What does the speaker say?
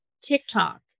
TikTok